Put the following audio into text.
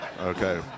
Okay